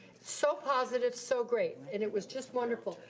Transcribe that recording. so positive, so great, and it was just wonderful.